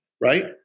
Right